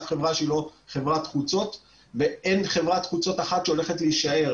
אף חברה שהיא לא חברת חוצות ואין חברת חוצות אחת שהולכת להישאר